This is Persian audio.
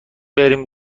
بریم